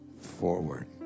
forward